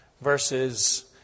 verses